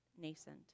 nascent